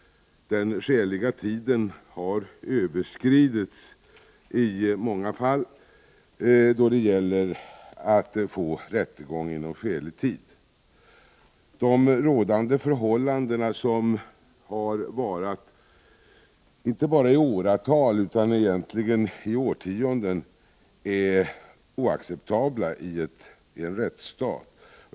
Den skäliga tiden för att få rättegång har i många fall överskridits. De rådande förhållandena, som varat inte bara i åratal utan egentligen i årtionden, är oacceptabla i en rättsstat.